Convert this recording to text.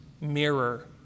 mirror